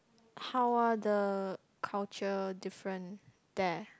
how are the culture different there